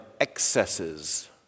excesses